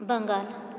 Bengal